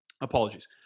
apologies